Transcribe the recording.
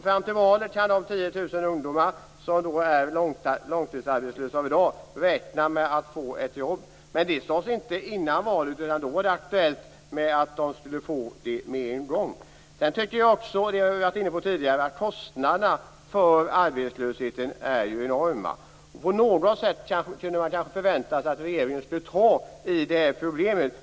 Fram till valet kan alltså de 10 000 ungdomar som är långtidsarbetslösa i dag räkna med att få ett jobb. Men det sades inte före valet! Då var det aktuellt att de skulle få jobb med en gång. Som jag har varit inne på tidigare är kostnaderna för arbetslösheten enorma. Man kunde kanske förvänta sig att regeringen på något sätt skulle ta i det här problemet.